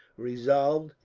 resolved,